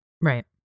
Right